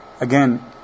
Again